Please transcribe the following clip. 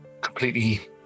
completely